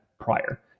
prior